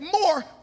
more